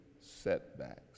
setbacks